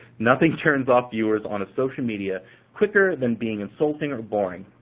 nothing turns off viewers on a social media quicker than being insulting or boring.